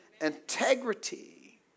integrity